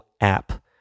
app